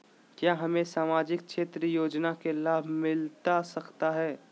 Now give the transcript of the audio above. क्या हमें सामाजिक क्षेत्र योजना के लाभ मिलता सकता है?